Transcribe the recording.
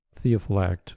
theophylact